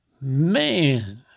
Man